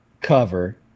cover